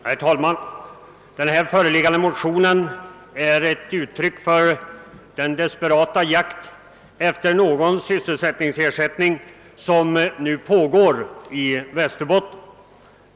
Herr talman! Det motionspar som behandlas i beredningsutskottets förevarande utlåtande är ett uttryck för den desperata jakt på sysselsättningstillfällen som för närvarande pågår i Västerbotten.